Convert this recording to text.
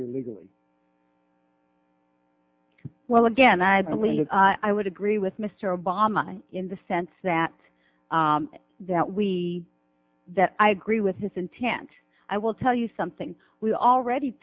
illegally well again i believe i would agree with mr obama in the sense that that we that i agree with his intent i will tell you something we already